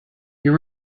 you